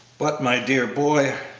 but, my dear boy,